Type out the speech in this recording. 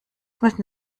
müssen